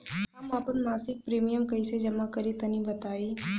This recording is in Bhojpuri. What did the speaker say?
हम आपन मसिक प्रिमियम कइसे जमा करि तनि बताईं?